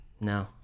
No